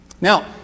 Now